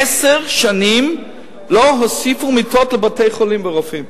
עשר שנים לא הוסיפו מיטות לבתי-חולים, ורופאים.